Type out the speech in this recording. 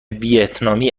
ویتنامی